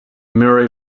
murray